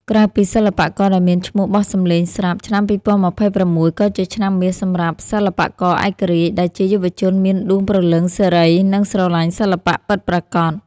ក្រៅពីសិល្បករដែលមានឈ្មោះបោះសំឡេងស្រាប់ ឆ្នាំ ២០២៦ ក៏ជាឆ្នាំមាសសម្រាប់សិល្បករឯករាជ្យ ដែលជាយុវជនមានដួងព្រលឹងសេរី និងស្រឡាញ់សិល្បៈពិតប្រាកដ។